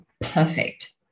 perfect